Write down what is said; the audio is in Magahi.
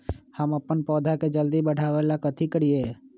हम अपन पौधा के जल्दी बाढ़आवेला कथि करिए?